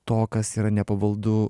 to kas yra nepavaldu